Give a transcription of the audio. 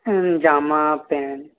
হ্যাঁ জামা প্যান্ট